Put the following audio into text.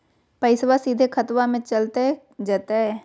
पैसाबा सीधे खतबा मे चलेगा जयते?